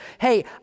hey